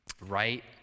right